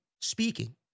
speaking